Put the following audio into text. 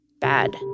bad